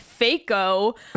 FACO